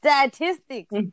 statistics